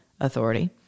authority